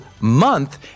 month